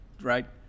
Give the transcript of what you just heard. right